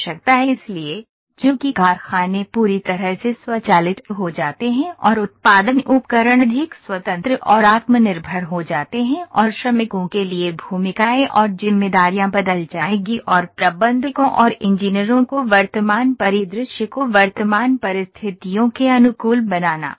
इसलिए चूंकि कारखाने पूरी तरह से स्वचालित हो जाते हैं और उत्पादन उपकरण अधिक स्वतंत्र और आत्मनिर्भर हो जाते हैं और श्रमिकों के लिए भूमिकाएँ और जिम्मेदारियाँ बदल जाएँगी और प्रबंधकों और इंजीनियरों को वर्तमान परिदृश्य को वर्तमान परिस्थितियों के अनुकूल बनाना होगा